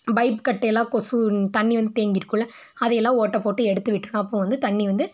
pipe கட்டையெல்லாம் கொசு தண்ணி வந்து தேங்கிருக்கும்ல அதையெல்லாம் ஓட்டை போட்டு எடுத்து விட்டுறணும் அப்போது வந்து தண்ணி வந்து